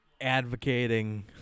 advocating